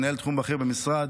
מנהל תחום בכיר במשרד,